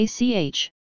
ACH